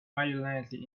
violently